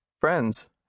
Friends